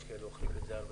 יש כאלה שאוכלים את זה הרבה.